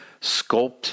Sculpt